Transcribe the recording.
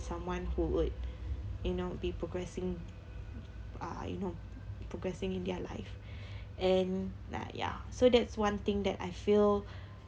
someone who would you know be progressing uh you know progressing in their life and like ya so that's one thing that I feel